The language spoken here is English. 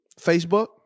Facebook